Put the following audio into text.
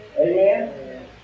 Amen